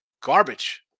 garbage